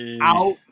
out